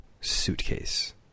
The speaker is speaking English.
suitcase